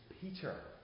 Peter